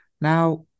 Now